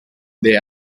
they